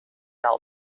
all